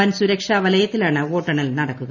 വൻസുരക്ഷാ വലയത്തിലാണ് വോട്ടെണ്ണൽ നടക്കുക